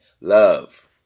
Love